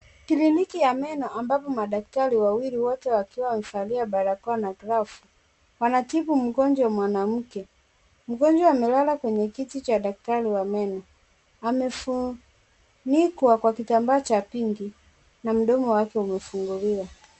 Kliniki ya meno ambapo madaktari wa meno wote wamevalia barakoa na glavu, wanatibu mgonjwa mwanamke. Mgonjwa amelala kwenye kiti cha daktari wa meno. Amefunikwa kwa kitabaa cha pinki na mdomo wake umefunguliwa.